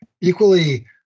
equally